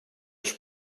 ens